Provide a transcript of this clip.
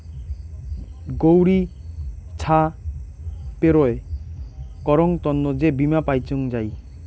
গৌড়ি ছা পেরোয় করং তন্ন যে বীমা পাইচুঙ যাই